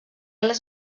les